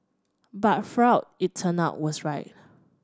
but Freud it turned out was right